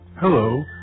Hello